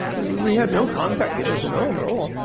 he had no contact. he doesn't know him at all.